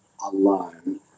alone